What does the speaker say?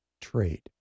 trade